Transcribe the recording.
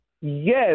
Yes